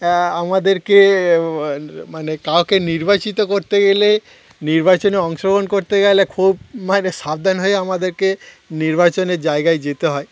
আমাদেরকে মানে কাউকে নির্বাচিত করতে গেলে নির্বাচনে অংশগ্রহণ করতে গেলে খুব মানে সাবধান হয়ে আমাদেরকে নির্বাচনের জায়গায় যেতে হয়